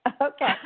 okay